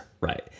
right